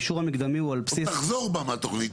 היא תחזור בה מהתוכנית.